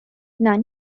non